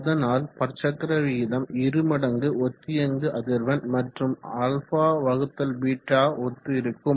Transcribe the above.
அதனால் பற்சக்கர விகிதம் இருமடங்கு ஒத்தியங்கு அதிர்வெண் மற்றும் αβ ஒத்து இருக்கும்